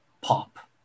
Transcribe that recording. pop